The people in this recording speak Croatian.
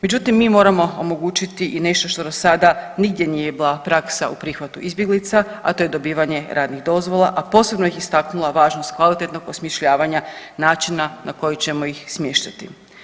Međutim, mi moramo omogućiti i nešto što do sada nigdje nije bila praksa u prihvatu izbjeglica, a to je dobivanje radnih dozvola, a posebno bih istaknula važnost kvalitetnog osmišljavanja načina na koji ćemo ih smještati.